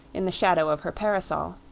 in the shadow of her parasol.